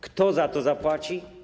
Kto za to zapłaci?